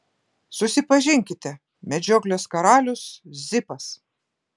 susipažinkite medžioklės karalius zipas